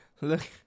Look